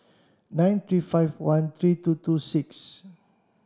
nine three five one three two two six